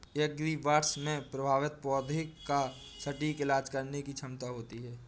agribots में प्रभावित पौधे का सटीक इलाज करने की क्षमता होती है